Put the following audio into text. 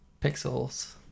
Pixels